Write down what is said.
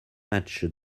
match